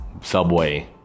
subway